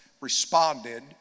responded